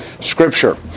Scripture